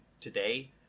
today